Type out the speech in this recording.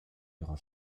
ihrer